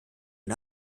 den